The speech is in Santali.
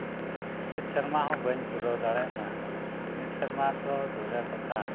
ᱢᱤᱫ ᱥᱮᱨᱢᱟ ᱦᱚᱸ ᱵᱟᱹᱧ ᱯᱩᱨᱟᱹᱣ ᱫᱟᱲᱮ ᱟᱱᱟ ᱢᱤᱫ ᱥᱮᱨᱢᱟ ᱛᱚ ᱫᱩᱨᱮᱨ ᱠᱚᱛᱷᱟ